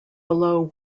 below